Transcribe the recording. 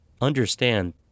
understand